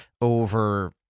over